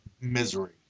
misery